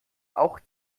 auch